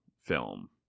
film